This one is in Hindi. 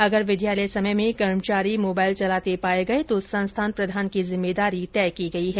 अगर विद्यालय समय में कर्मचारी मोबाइल चलाता पाया गया तो संस्थान प्रधान की जिम्मेदारी होगी